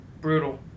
Brutal